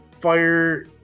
fire